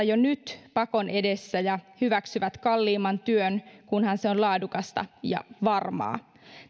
jo nyt pakon edessä ja hyväksyvät kalliimman työn kunhan se on laadukasta ja varmaa